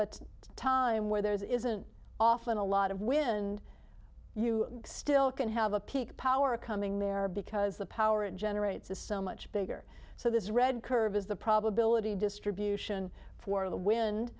a time where there isn't often a lot of wind you still can have a peak power coming there because the power it generates is so much bigger so this red curve is the probability distribution for the wind